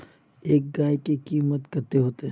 एक गाय के कीमत कते होते?